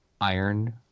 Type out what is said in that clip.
Iron